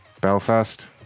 Belfast